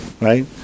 Right